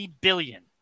billion